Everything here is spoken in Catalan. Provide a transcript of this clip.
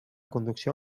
conducció